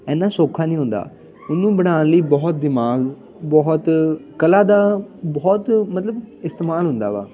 ਇੰਨਾ ਸੌਖਾ ਨਹੀਂ ਹੁੰਦਾ ਉਹਨੂੰ ਬਣਾਉਣ ਲਈ ਬਹੁਤ ਦਿਮਾਗ ਬਹੁਤ ਕਲਾ ਦਾ ਬਹੁਤ ਮਤਲਬ ਇਸਤੇਮਾਲ ਹੁੰਦਾ ਵਾ